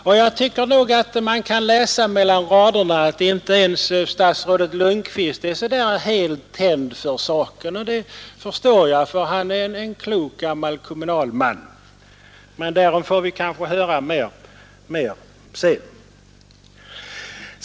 Man kan nog läsa mellan raderna att inte ens statsrådet Lundkvist är så där helt tänd för saken — och det förstår jag, för han är en klok gammal kommunalman. Men därom får vi kanske höra mer sedan.